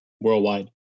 worldwide